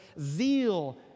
Zeal